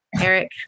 Eric